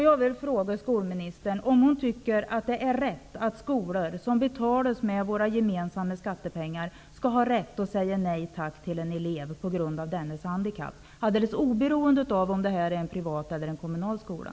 Jag vill fråga skolministern om hon tycker att det är rätt att skolor som betalas med våra gemensamma skattepengar, skall ha rätt att säga nej tack till en elev på grund av dennes handikapp? Frågan gäller alldeles oberoende av om det är en privat eller en kommunal skola.